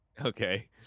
Okay